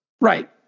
right